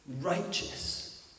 righteous